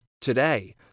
Today